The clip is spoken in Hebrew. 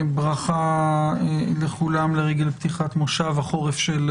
ברכה לכולם לרגל פתיחת מושב החורף של